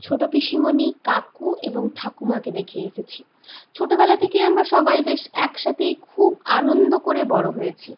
ছোটো পিসিমণি কাকু এবং ঠাকুমাকে দেখে এসেছি ছোটোবেলা থেকেই আমরা সবাই বেশ এক সাথেই খুব আনন্দ করে বড়ো হয়েছি